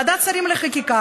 ועדת שרים לחקיקה